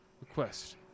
Request